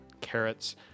carrots